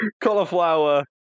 Cauliflower